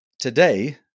Today